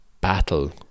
battle